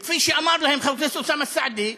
וכפי שאמר להם חבר הכנסת אוסאמה סעדי,